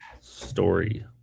story